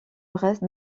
reste